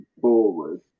forward